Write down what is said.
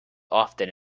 often